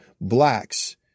blacks